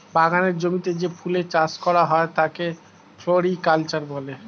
বাগানের জমিতে যে ফুলের চাষ করা হয় তাকে ফ্লোরিকালচার বলে